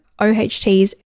OHTs